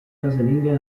casalinghe